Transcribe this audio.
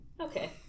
Okay